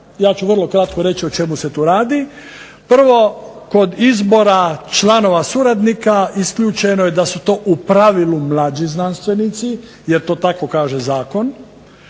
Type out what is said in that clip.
Ja ću reći ukratko o čemu se tu radi. Prvo, kod izbora članova suradnika isključeno je da su u pravilu mlađi znanstvenici, jer to tako kaže zakon.